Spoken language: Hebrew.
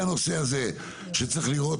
צריך לראות